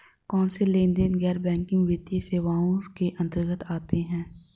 कौनसे लेनदेन गैर बैंकिंग वित्तीय सेवाओं के अंतर्गत आते हैं?